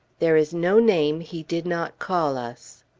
there is no name he did not call us.